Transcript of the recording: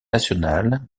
nationale